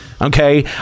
Okay